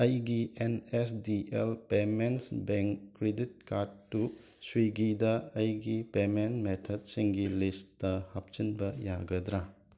ꯑꯩꯒꯤ N S D L payments bank credit ꯀꯥꯔꯠꯇꯨ ꯁ꯭ꯋꯤꯒꯤꯗ ꯑꯩꯒꯤ ꯄꯦꯃꯦꯟ ꯃꯦꯊꯗꯁꯤꯡꯒꯤ ꯂꯤꯁꯇ ꯍꯥꯞꯆꯤꯟꯕ ꯌꯥꯒꯗ꯭ꯔ